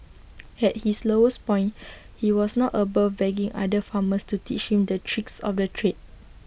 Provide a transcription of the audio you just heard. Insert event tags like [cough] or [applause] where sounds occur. [noise] at his lowest point [noise] he was not above begging other farmers to teach him the tricks of the trade